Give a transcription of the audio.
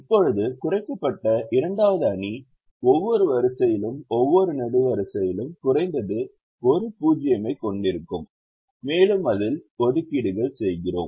இப்போது குறைக்கப்பட்ட இரண்டாவது அணி ஒவ்வொரு வரிசையிலும் ஒவ்வொரு நெடுவரிசையிலும் குறைந்தது ஒரு 0 ஐக் கொண்டிருக்கும் மேலும் அதில் ஒதுக்கீடுகள் செய்கிறோம்